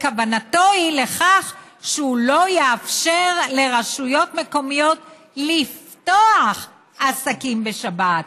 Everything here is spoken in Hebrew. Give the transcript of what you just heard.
וכוונתו היא לכך שהוא לא יאפשר לרשויות מקומיות לפתוח עסקים בשבת.